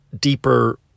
deeper